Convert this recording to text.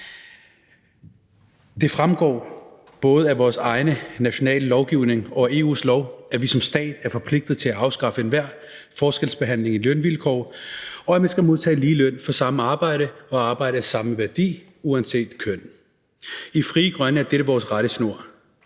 Det fremgår både af vores egen nationale lovgivning og af EU's regler, at vi som stat er forpligtet til at afskaffe enhver forskelsbehandling med hensyn til lønvilkår, og at man skal modtage lige løn for samme arbejde og arbejde af samme værdi uanset køn. I Frie Grønne er dette vores rettesnor.